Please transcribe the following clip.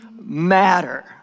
matter